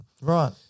Right